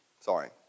sorry